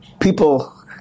People